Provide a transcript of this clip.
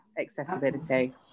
accessibility